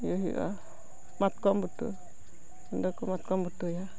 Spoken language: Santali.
ᱤᱭᱟᱹ ᱦᱩᱭᱩᱜᱼᱟ ᱢᱟᱛᱠᱚᱢ ᱵᱩᱴᱟᱹ ᱚᱸᱰᱮ ᱠᱚ ᱢᱟᱛᱠᱚᱢ ᱵᱩᱴᱟᱹᱭᱟ